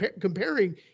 comparing